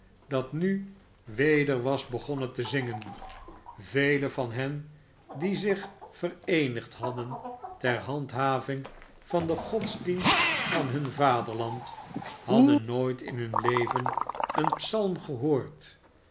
dat nu weder was begonnen te zingen velen van hen die zich vereenigd hadden ter handhaving van den godsdienst van hun vaderland hadden nooit in hun leven een psalm gehoord